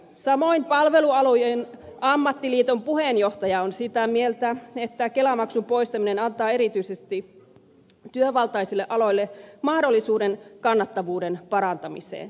samoin palvelualojen ammattiliiton puheenjohtaja on sitä mieltä että kelamaksun poistaminen antaa erityisesti työvaltaisille aloille mahdollisuuden kannattavuuden parantamiseen